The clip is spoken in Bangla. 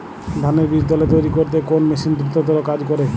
ধানের বীজতলা তৈরি করতে কোন মেশিন দ্রুততর কাজ করে?